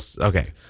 okay